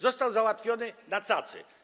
Został załatwiony na cacy.